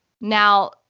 Now